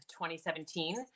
2017